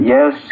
Yes